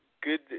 good